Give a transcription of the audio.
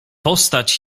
postać